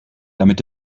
damit